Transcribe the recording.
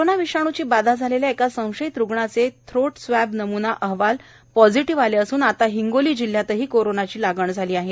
corona विषाणूची बाधा झालेला एका संशयित रुग्णाचे थ्रोट् स्वँब नमूना अहवाल पॉझिटिव्ह आला असून आता हिंगोली जिल्हयातही कोरोंनाची लागण झाली आहे